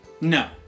No